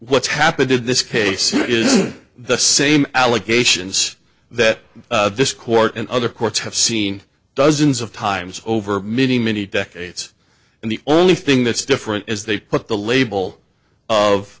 what's happened in this case is the same allegations that this court and other courts have seen dozens of times over many many decades and the only thing that's different is they put the label